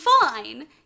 fine